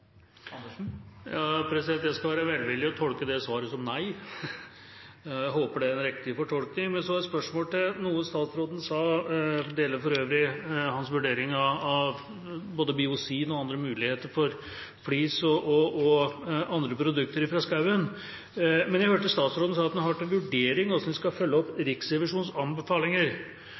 Jeg skal være velvillig og tolke det svaret som nei. Jeg håper det er en riktig fortolkning. Men så et spørsmål til noe statsråden sa, det gjelder hans vurdering av både Biozin og andre muligheter for flis og andre produkter fra skogen. Jeg hørte statsråden sa at han har til vurdering hvordan man skal følge opp Riksrevisjonens anbefalinger.